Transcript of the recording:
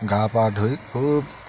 গা পা ধুই খুব